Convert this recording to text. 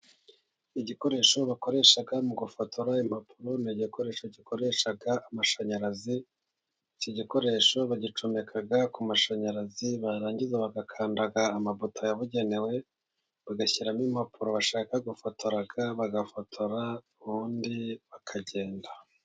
Igikoresho bakoresha mu gufotora impapuro, ni igikoresho gikoresha amashanyarazi. Iki gikoresho bagicomeka ku mashanyarazi, barangiza bagakanda amabuta yabugenewe, bagashyiramo impapuro bashaka gufotora, bagafotora ubundi bakagenda.